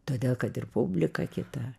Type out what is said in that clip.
todėl kad ir publika kita